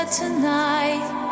tonight